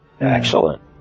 Excellent